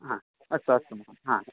ह अस्तु अस्तु महोदय आ